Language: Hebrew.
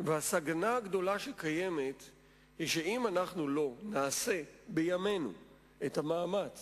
והסכנה הגדולה שקיימת היא שאם אנחנו לא נעשה בימינו את המאמץ